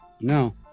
No